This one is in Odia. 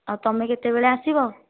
ଆଉ ତୁମେ କେତେବେଳେ ଆସିବ